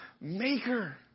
maker